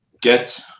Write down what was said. get